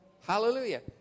Hallelujah